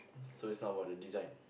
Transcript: so it's not about the design